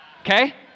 Okay